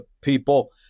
people